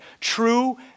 true